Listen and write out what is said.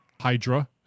hydra